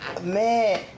Man